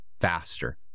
faster